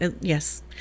Yes